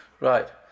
Right